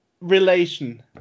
relation